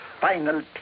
final